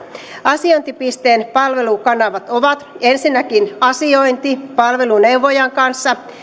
asiointipisteen palvelukanavat ovat ensinnäkin asiointi palveluneuvojan kanssa